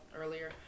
earlier